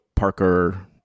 Parker